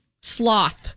Sloth